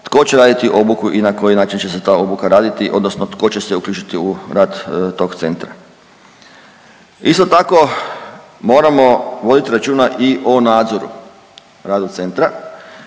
tko će raditi obuku i na koji način će se ta obuka raditi, odnosno tko će se uključiti u rad tog centra. Isto tako, moramo voditi računa i o nadzoru rada centra.